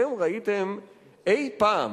אתם ראיתם אי-פעם